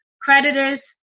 creditors